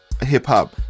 hip-hop